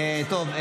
טוב,